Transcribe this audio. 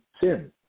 sin